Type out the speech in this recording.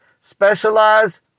specialize